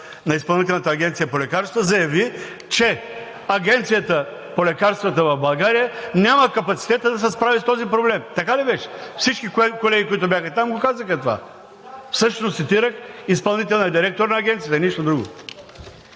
на Изпълнителната агенция по лекарствата заяви, че Агенцията по лекарствата в България няма капацитета да се справи с този проблем. Така ли беше? Всички колеги, които бяха там, казаха това. Всъщност цитирах изпълнителния директор на Агенцията, нищо друго.